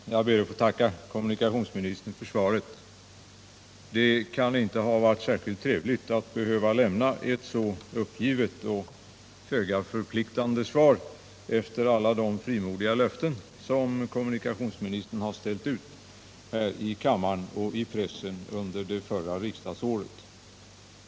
Herr talman! Jag ber att få tacka kommunikationsministern för svaret. Det kan inte ha varit särskilt trevligt att behöva lämna ett så uppgivet och föga förpliktande svar efter alla de frimodiga löften som kommunikationsministern ställde ut här i kammaren och i pressen under det förra riksdagsåret.